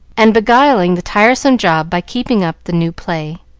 and beguiling the tiresome job by keeping up the new play.